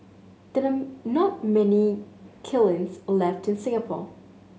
there are not many kilns left in Singapore